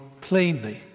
plainly